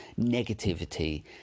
negativity